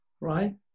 right